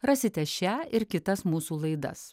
rasite šią ir kitas mūsų laidas